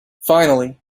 finally